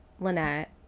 Lynette